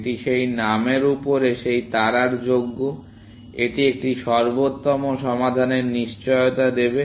এটি সেই নামের উপরে সেই তারার যোগ্য এটি একটি সর্বোত্তম সমাধানের নিশ্চয়তা দেবে